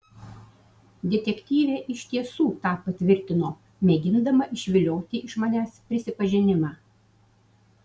detektyvė iš tiesų tą patvirtino mėgindama išvilioti iš manęs prisipažinimą